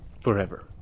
forever